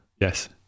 Yes